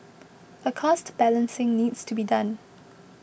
a cost balancing needs to be done